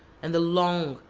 and the long,